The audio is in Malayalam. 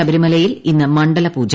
ശബരിമലയിൽ ഇന്ന് മണ്ഡലപൂജ